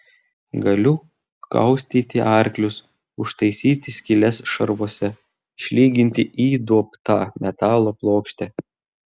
galiu kaustyti arklius užtaisyti skyles šarvuose išlyginti įduobtą metalo plokštę